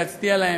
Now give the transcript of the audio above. להצדיע להם,